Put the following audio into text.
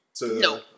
No